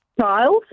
child